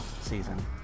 season